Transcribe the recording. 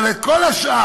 אבל את כל השאר,